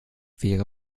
wäre